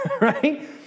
right